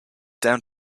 down